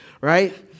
right